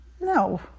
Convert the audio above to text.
No